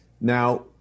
Now